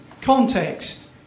context